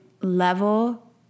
level